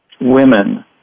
women